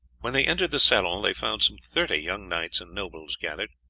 when they entered the salon they found some thirty young knights and nobles gathered.